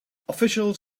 officials